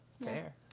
fair